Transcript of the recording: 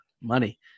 money